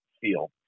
feel